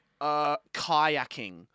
kayaking